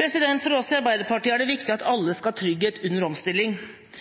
For oss i Arbeiderpartiet er det viktig at